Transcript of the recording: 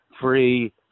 free